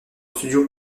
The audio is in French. studio